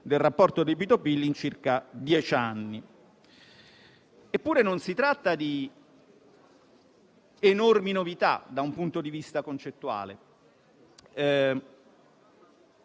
del rapporto debito-PIL in circa dieci anni. Eppure, non si tratta di enormi novità, da un punto di vista concettuale.